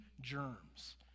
germs